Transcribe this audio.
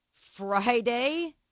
Friday